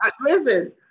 Listen